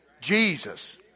Jesus